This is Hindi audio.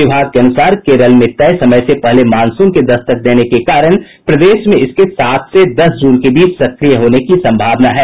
विभाग के अनुसार केरल में तय समय से पहले मॉनसून के दस्तक देने के कारण प्रदेश में इसके सात से दस जून के बीच सक्रिय होने की सम्भावना है